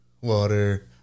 water